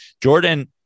Jordan